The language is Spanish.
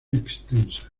extensa